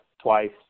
twice